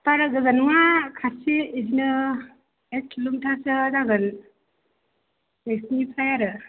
बारा गोजान नङा खाथि बिदिनो एक किल'मिटारसो जागोन नोंसोरनिफ्राय आरो